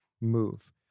move